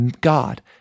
God